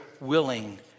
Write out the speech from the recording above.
willing